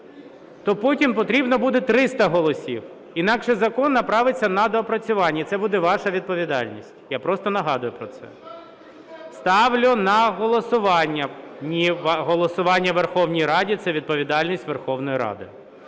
то потім потрібно буде 300 голосів, інакше закон направиться на доопрацювання, і це буде ваша відповідальність. Я просто нагадую про це. Ставлю на голосування… Ні, голосування у Верховній Раді – це відповідальність Верховної Ради.